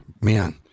man